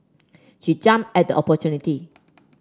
she jumped at the opportunity